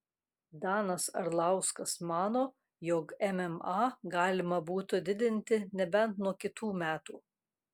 danas arlauskas mano jog mma galima būtų didinti nebent nuo kitų metų